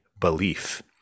Belief